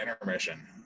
intermission